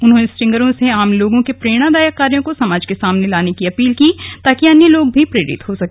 उन्होंने स्ट्रिंगरों से आम लोगों के प्रेरणादायक कार्यों को समाज के सामने लाने की अपील की ताकि अन्य लोग भी प्रेरित हो सके